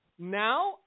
Now